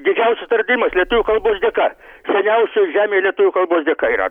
didžiausias atradimas lietuvių kalbos dėka seniausios žemėj lietuvių kalbos dėka yra